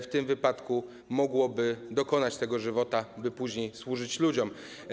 w tym wypadku mogłoby dokonać tego żywota, by później służyć ludziom.